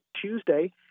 Tuesday